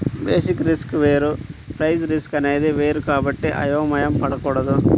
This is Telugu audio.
బేసిస్ రిస్క్ వేరు ప్రైస్ రిస్క్ అనేది వేరు కాబట్టి అయోమయం పడకూడదు